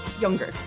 younger